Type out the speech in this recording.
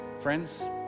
Friends